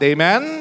Amen